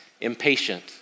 impatient